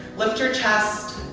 lift your chest.